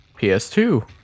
ps2